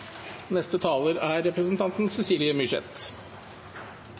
Neste taler er representanten Cecilie Myrseth.